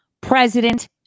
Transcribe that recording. president